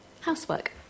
housework